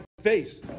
face